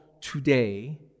today